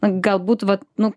galbūt vat nu